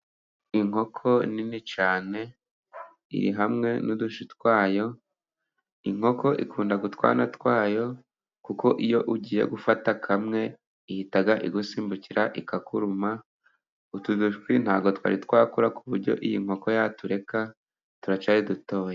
Inkoko nini cyane iri hamwe n'udushwi twayo, inkoko ikunda utwana twayo, kuko iyo ugiye gufata kamwe ihita igusimbukira ikakuruma ,utu dushwi ntabwo twari twakura ku buryo iyi nkoko yatureka, turacyari dutoya.